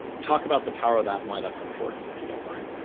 talk about the power of that and why that's important if you don't mind.